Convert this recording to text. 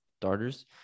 starters